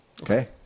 Okay